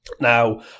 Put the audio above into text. Now